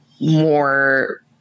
more